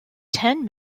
ten